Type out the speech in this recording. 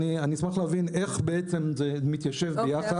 אני אשמח להבין איך בעצם זה מתיישב ביחד.